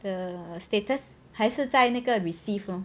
the status 还是在那个 receive lor